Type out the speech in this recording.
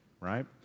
right